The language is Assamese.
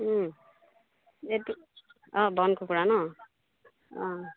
এইটো অঁ বন কুকুৰা ন অঁ